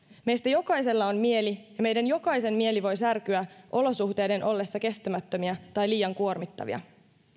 meistä jokaisella on mieli ja meidän jokaisen mieli voi särkyä olosuhteiden ollessa kestämättömiä tai liian kuormittavia